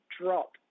drop